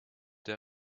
der